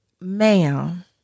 ma'am